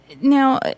Now